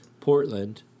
Portland